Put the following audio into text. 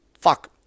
Fuck